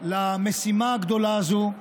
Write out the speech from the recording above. למשימה הגדולה הזו.